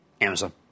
Amazon